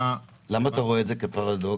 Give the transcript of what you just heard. למה אתה רואה את זה כפרדוקס?